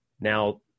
Now